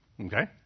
Okay